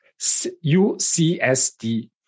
UCSD